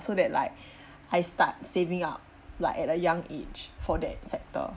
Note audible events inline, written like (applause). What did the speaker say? so that like (breath) I start saving up like at a young age for that sector